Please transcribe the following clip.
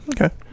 Okay